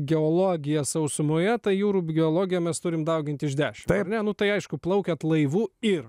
geologija sausumoje ta jūrų b geologija mes turime dauginti iš dešimt taip ne nu tai aišku plaukiant laivu ir